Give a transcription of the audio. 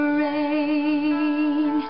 rain